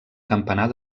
campanar